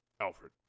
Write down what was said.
Alfred